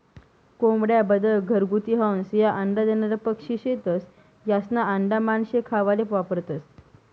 कोंबड्या, बदक, घरगुती हंस, ह्या अंडा देनारा पक्शी शेतस, यास्ना आंडा मानशे खावाले वापरतंस